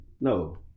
No